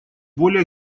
более